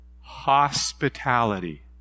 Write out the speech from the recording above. hospitality